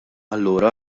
allura